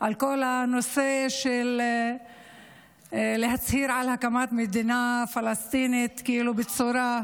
על כל הנושא של להצהיר על הקמת מדינה פלסטינית כאילו בצורה,